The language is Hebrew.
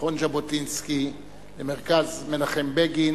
למכון ז'בוטינסקי, למרכז מנחם בגין,